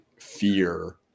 fear